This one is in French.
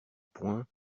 point